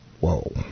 Whoa